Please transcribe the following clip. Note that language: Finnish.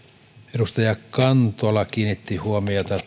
edustaja kantola kiinnitti huomiota